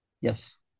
Yes